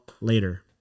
later